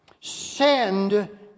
send